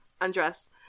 undressed